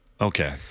Okay